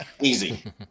Easy